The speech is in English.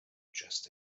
just